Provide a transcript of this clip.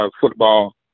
football